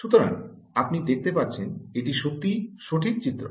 সুতরাং আপনি দেখতে পাচ্ছেন এটি সত্যই সঠিক চিত্র